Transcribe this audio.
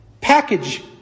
package